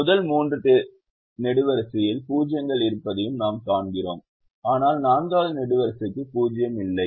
முதல் 3 நெடுவரிசைகளில் 0 கள் இருப்பதையும் நாம் காண்கிறோம் ஆனால் 4 வது நெடுவரிசைக்கு 0 இல்லை